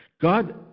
God